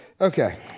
Okay